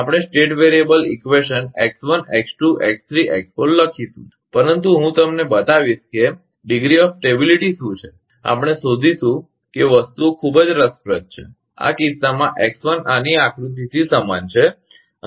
આપણે state variable equation x1 x2 x3 x4 લખીશું પરંતુ હું તમને બતાવીશ કે સ્થિરતાની ડિગ્રી શું છે આપણે શોધીશું કે વસ્તુઓ ખૂબ જ રસપ્રદ છે આ કિસ્સામાં x1 આની આકૃતિથી સમાન છે